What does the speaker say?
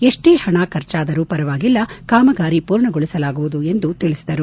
ಎಷ್ಷೇ ಪಣ ಖರ್ಚಾದರೂ ಪರವಾಗಿಲ್ಲ ಕಾಮಗಾರಿ ಪೂರ್ಣಗೊಳಿಸಲಾಗುವುದು ಎಂದು ತಿಳಿಸಿದರು